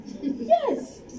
yes